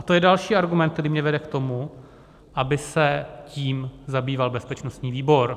To je další argument, který mě vede k tomu, aby se tím zabýval bezpečnostní výbor.